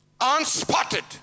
Unspotted